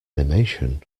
animation